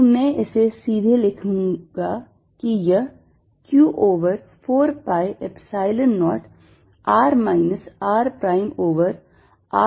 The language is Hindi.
तो मैं इसे सीधे लिखूंगा कि यह q over 4 pi epsilon 0 r minus r prime over r minus r prime cubed है